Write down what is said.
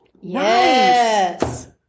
Yes